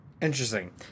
Interesting